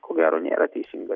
ko gero nėra teisingas